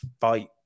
fight